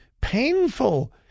painful